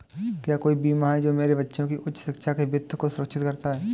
क्या कोई बीमा है जो मेरे बच्चों की उच्च शिक्षा के वित्त को सुरक्षित करता है?